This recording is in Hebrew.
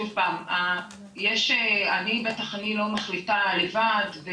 שוב פעם, אני בטח לא מחליטה לבד.